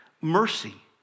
mercy